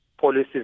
policies